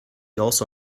also